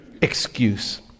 excuse